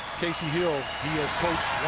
casey hill. he has coached